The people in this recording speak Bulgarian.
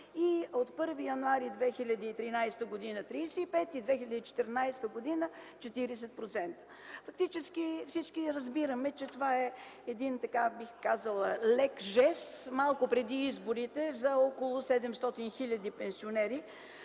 от 1 януари 2013 г. – 35%, и 2014 г. – 40%. Фактически всички разбираме, че това е един, бих казала, лек жест малко преди изборите за около 700 хиляди пенсионери,